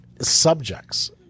Subjects